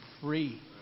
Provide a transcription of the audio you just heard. free